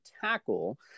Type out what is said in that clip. tackle